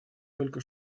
только